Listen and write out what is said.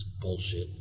bullshit